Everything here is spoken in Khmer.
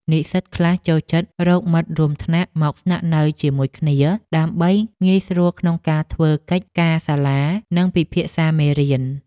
និស្សិតខ្លះចូលចិត្តរកមិត្តរួមថ្នាក់មកស្នាក់នៅជាមួយគ្នាដើម្បីងាយស្រួលក្នុងការធ្វើកិច្ចការសាលានិងពិភាក្សាមេរៀន។